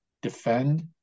defend